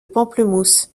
pamplemousses